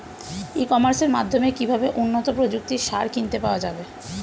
ই কমার্সের মাধ্যমে কিভাবে উন্নত প্রযুক্তির সার কিনতে পাওয়া যাবে?